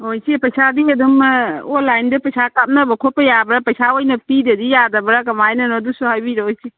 ꯑꯣ ꯏꯆꯦ ꯄꯩꯁꯥꯗꯤ ꯑꯗꯨꯝ ꯑꯣꯟꯂꯥꯏꯟꯗ ꯄꯩꯁꯥ ꯀꯥꯞꯅꯕ ꯈꯣꯠꯄ ꯌꯥꯕ꯭ꯔꯥ ꯄꯩꯁꯥ ꯑꯣꯏꯅ ꯄꯤꯗ꯭ꯔꯗꯤ ꯌꯥꯗꯕ꯭ꯔꯥ ꯀꯃꯥꯏꯅꯅꯣ ꯑꯗꯨꯁꯨ ꯍꯥꯏꯕꯤꯔꯣ ꯏꯆꯦ